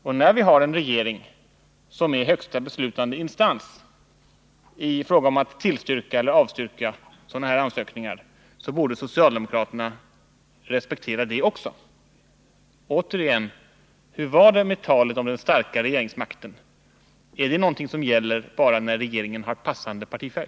Och när vi har en regering som är högsta beslutande instans i fråga om att tillstyrka eller avstyrka sådana ansökningar borde socialdemokraterna respektera det också. Återigen: Hur var det med talet om den starka regeringsmakten? Är det någonting som gäller bara när regeringen har passande partifärg?